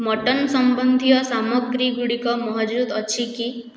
mutton ସମ୍ବନ୍ଧୀୟ ସାମଗ୍ରୀ ଗୁଡ଼ିକ ମହଜୁଦ ଅଛି କି